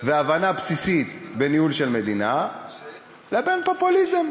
והבנה בסיסית בניהול של מדינה ובינו לבין פופוליזם,